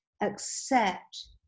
accept